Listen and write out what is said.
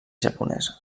japonesa